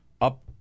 up